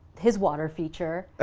his water feature.